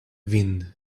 wind